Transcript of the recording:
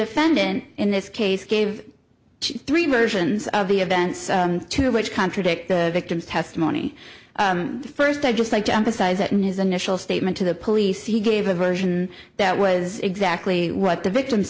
defendant in this case gave three versions of the events to which contradict the victim's testimony first i'd just like to emphasize that in his initial statement to the police he gave a version that was exactly what the victim